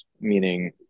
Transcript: meaning